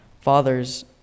Fathers